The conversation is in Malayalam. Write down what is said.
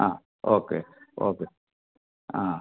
ആ ഓക്കെ ഓക്കെ ആ